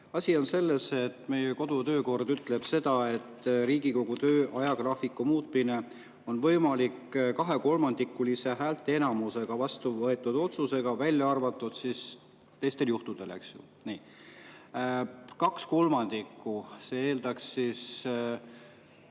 Asi on selles, et meie kodu- ja töökord ütleb seda, et Riigikogu töö ajagraafiku muutmine on võimalik kahekolmandikulise häälteenamusega vastu võetud otsusega, välja arvatud teistel juhtudel. Kaks kolmandikku, see eeldaks,